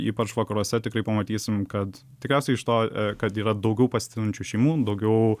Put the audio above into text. ypač vakaruose tikrai pamatysim kad tikriausiai iš to kad yra daugiau pasiturinčių šeimų daugiau